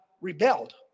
rebelled